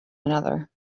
another